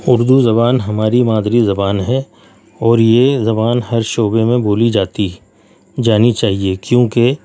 اردو زبان ہماری مادری زبان ہے اور یہ زبان ہر شعبے میں بولی جاتی جانی چاہیے کیونکہ